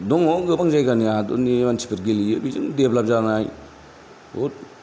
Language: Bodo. दङ गोबां जायगानि हादरनि मानसिफोर गेलेयो बेजों देभ्लप जानाय बुहुथ